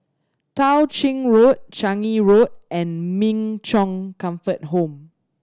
Tao Ching Road Changi Road and Min Chong Comfort Home